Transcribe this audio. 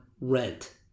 rent